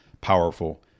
powerful